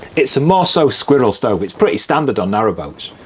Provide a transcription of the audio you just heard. it's a morso squirel stove, it's pretty standard on narrowboats.